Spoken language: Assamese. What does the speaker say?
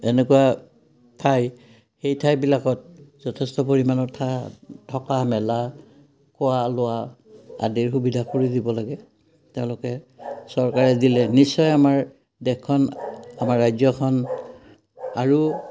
এনেকুৱা ঠাই সেই ঠাইবিলাকত যথেষ্ট পৰিমাণৰ ঠাই থকা মেলা খোৱা লোৱা আদিৰ সুবিধা কৰি দিব লাগে তেওঁলোকে চৰকাৰে দিলে নিশ্চয় আমাৰ দেশখন আমাৰ ৰাজ্যখন আৰু